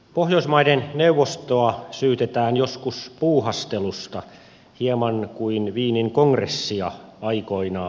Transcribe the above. pohjoismaiden neuvostoa syytetään joskus puuhastelusta hieman kuin wienin kongressia aikoinaan